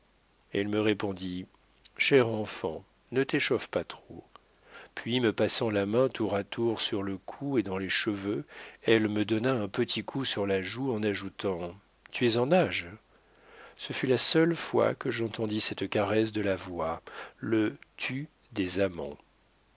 elle me répondit cher enfant ne t'échauffe pas trop puis me passant la main tour à tour sur le cou et dans les cheveux elle me donna un petit coup sur la joue en ajoutant tu es en nage ce fut la seule fois que j'entendis cette caresse de la voix le tu des amants